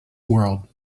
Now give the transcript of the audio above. world